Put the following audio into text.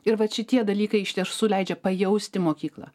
ir vat šitie dalykai iš tiesų leidžia pajausti mokyklą